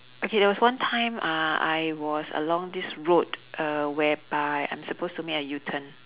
okay there was one time uh I was along this road uh whereby I'm supposed to make a u turn